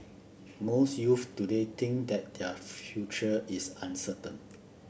most youths today think that their future is uncertain